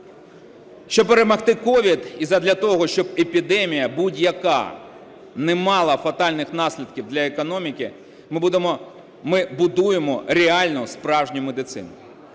Щоб перемогти COVID і задля того, щоб епідемія будь-яка не мала фатальних наслідків для економіки, ми будемо, ми будуємо реально справжню медицину.